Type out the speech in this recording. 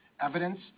evidence